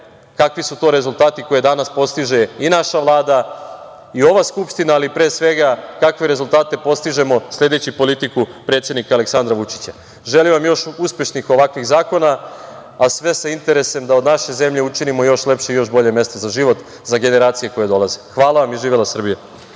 kakvi su to rezultati koje danas postiže i naša Vlada i ova Skupština, ali pre svega, kakve rezultate postižemo sledeći politiku Aleksandra Vučića. Želim vam još uspešnih ovakvih zakona, a sve sa interesom da od naše zemlje učinimo još lepše i bolje mesto za život, za generacije koje dolaze. Hvala vam i živela Srbija.